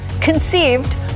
conceived